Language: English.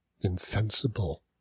insensible